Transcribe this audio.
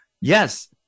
Yes